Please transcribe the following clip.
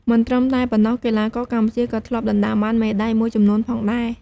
មិនត្រឹមតែប៉ុណ្ណោះ កីឡាករកម្ពុជាក៏ធ្លាប់ដណ្ដើមបានមេដាយមួយចំនួនផងដែរ។